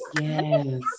Yes